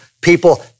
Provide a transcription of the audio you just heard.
People